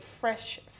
fresh